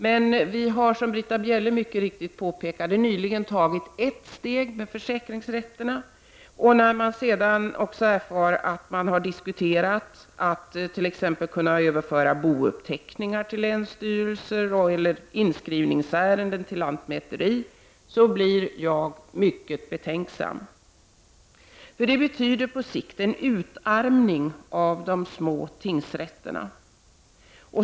Men när jag erfar att man även diskuterat att eventuellt kunna överföra t.ex. bouppteckningar till länsstyrelser och/eller inskrivningsärenden till lantmäteriet blir åtminstone jag ytterst betänksam. Det betyder en utarmning av de små tingsrätterna.